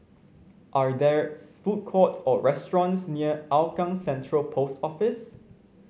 are there's food courts or restaurants near Hougang Central Post Office